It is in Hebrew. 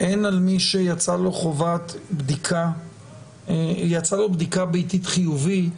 אין על מי שיצאה לו חובת בדיקה ויצא בבדיקה ביתית חיובי,